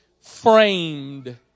framed